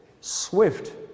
swift